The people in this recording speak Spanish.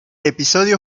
episodio